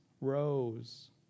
rose